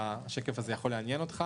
השקף הזה יכול לעניין אותך